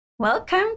Welcome